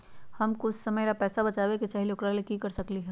हम कुछ समय ला पैसा बचाबे के चाहईले ओकरा ला की कर सकली ह?